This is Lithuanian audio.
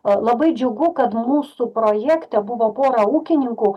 a labai džiugu kad mūsų projekte buvo pora ūkininkų